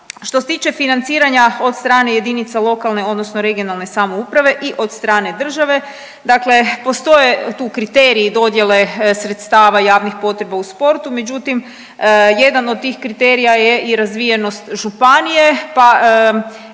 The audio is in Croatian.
Što se tiče financiranja od strane lokalne odnosno regionalne samouprave i od strane države, dakle postoje tu kriteriji dodjele sredstava javnih potreba u sportu, međutim jedan od tih kriterija je i razvijenost županije, pa